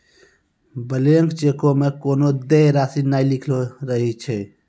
blank चेको मे कोनो देय राशि नै लिखलो रहै छै